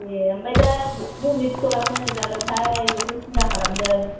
ए ओमफ्राय दा बबे सिकुला मोजां जागोनथाय बिखौनो सिनथा खालामदों